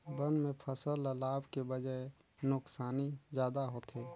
बन में फसल ल लाभ के बजाए नुकसानी जादा होथे